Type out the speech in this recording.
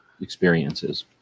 experiences